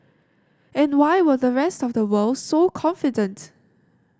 and why were the rest of the world so confident